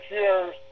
years